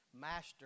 master